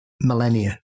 millennia